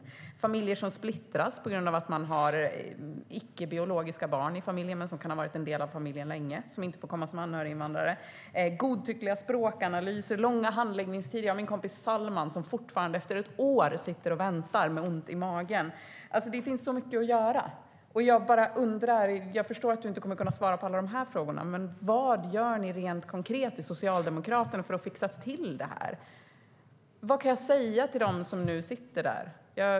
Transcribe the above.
Vi har familjer som splittras på grund av att det finns icke-biologiska barn i familjen som länge kan ha varit en del av familjen men som inte får komma som anhöriginvandrare. Det är godtyckliga språkanalyser och långa handläggningstider. Min kompis Salman sitter fortfarande efter ett år och väntar med ont i magen. Det finns så mycket att göra. Jag bara undrar. Jag förstår att du inte kommer att kunna svara på alla de här frågorna. Men vad gör ni rent konkret i Socialdemokraterna för att ordna detta? Vad kan jag säga till dem som nu sitter där?